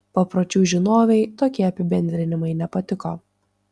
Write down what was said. papročių žinovei tokie apibendrinimai nepatiko